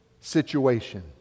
situation